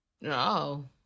No